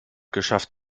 geschafft